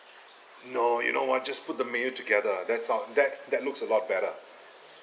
no you know what just put the mayonnaise together that's how it that that looks a lot better